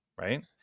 right